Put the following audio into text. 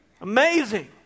Amazing